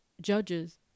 judges